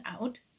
out